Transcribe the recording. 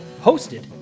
hosted